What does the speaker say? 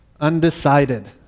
undecided